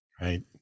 Right